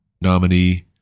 nominee